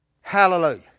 Hallelujah